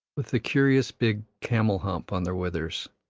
with the curious big camel-hump on their withers.